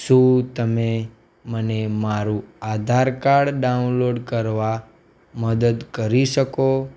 શું તમે મને મારું આધાર કાડ ડાઉનલોડ કરવા મદદ કરી શકો